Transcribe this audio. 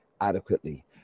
adequately